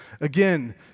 Again